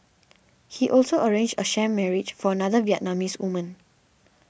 he also arranged a sham marriage for another Vietnamese woman